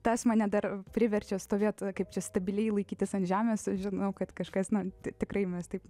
tas mane dar priverčia stovėt kaip čia stabiliai laikytis ant žemės žinau kad kažkas na ti tikrai mes taip